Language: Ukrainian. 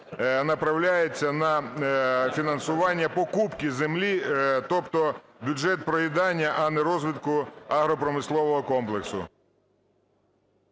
направляється на фінансування покупки землі. Тобто бюджет проїдання, а не розвитку агропромислового комплексу.